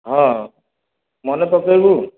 ହଁ ମନେ ପକେଇଲୁ